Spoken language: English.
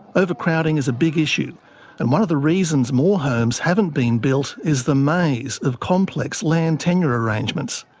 overcrowding is a big issue and one of the reasons more homes haven't been built is the maze of complex land tenure arrangements.